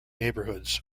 neighborhoods